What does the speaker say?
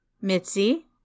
Mitzi